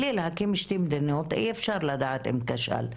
בלי להקים שתי מדינות אי אפשר לדעת אם כשל,